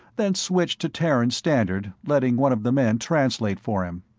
then switched to terran standard, letting one of the men translate for him.